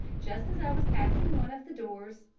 just as i was passing one of the doors,